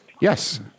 Yes